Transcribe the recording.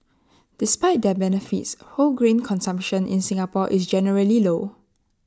despite their benefits whole grain consumption in Singapore is generally low